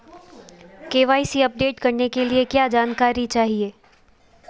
KYC update करने के लिए क्या जानकारी चाहिए?